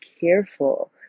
careful